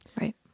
Right